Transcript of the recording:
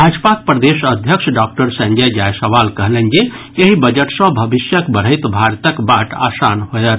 भाजपाक प्रदेश अध्यक्ष डॉक्टर संजय जायसवाल कहलनि जे एहि बजट सॅ भविष्यक बढ़ैत भारतक बाट आसान होयत